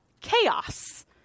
chaos